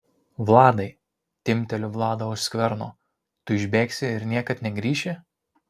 vladai timpteliu vladą už skverno tu išbėgsi ir niekad negrįši